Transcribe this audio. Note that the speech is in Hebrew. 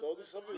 הוצאות מסביב.